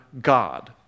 God